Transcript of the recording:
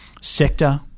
sector